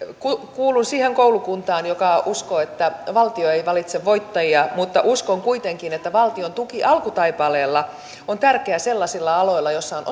kuulun siihen koulukuntaan joka uskoo että valtio ei valitse voittajia mutta uskon kuitenkin että valtion tuki alkutaipaleella on tärkeää sellaisilla aloilla joilla on